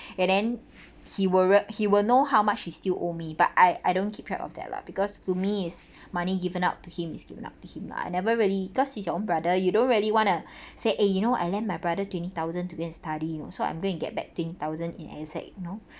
and then he will re~ he will know how much he still owe me but I I don't keep track of that lah because to me is money given out to him is given out to him lah I never really because he's your own brother you don't really want to say eh you know I lend my brother twenty thousand to go and study you know so I'm gonna get back twenty thousand in exact you know